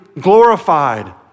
glorified